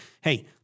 Hey